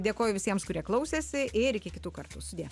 dėkoju visiems kurie klausėsi ir iki kitų kartų sudie